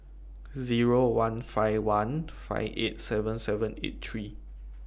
Zero one five one five eight seven seven eight three